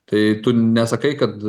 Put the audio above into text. tai tu nesakai kad